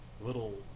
little